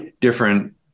different